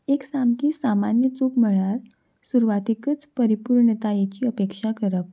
एक सामकी सामान्य चूक म्हळ्यार सुरवातेकच परिपूर्णतायेची अपेक्षा करप